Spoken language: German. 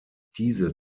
diese